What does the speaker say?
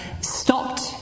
stopped